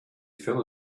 fell